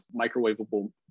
microwavable